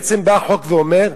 בעצם, בא החוק ואומר: